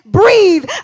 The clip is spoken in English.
breathe